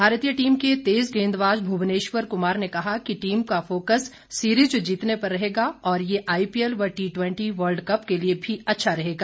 भारतीय टीम के तेज़ गेंदबाज़ भुवनेश्वर कुमार ने कहा कि टीम का फोकस सीरीज़ जीतने पर रहेगा और ये आईपीएल व टी टवेन्टी वर्ल्ड कप के लिए भी अच्छा रहेगा